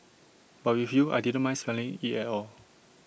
but with you I didn't mind smelling IT at all